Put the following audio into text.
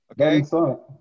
Okay